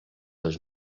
les